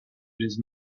with